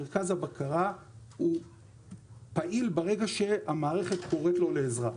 מרכז הבקרה פעיל ברגע שהמערכת קוראת לו לעזרה.